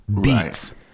beats